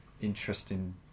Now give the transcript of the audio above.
interesting